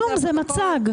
כלום, זה מצג.